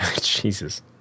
jesus